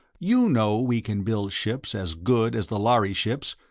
you know we can build ships as good as the lhari ships,